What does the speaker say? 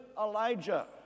Elijah